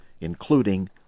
including